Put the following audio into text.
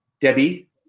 Debbie